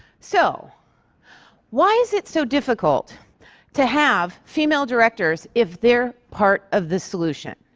so why is it so difficult to have female directors if they're part of the solution?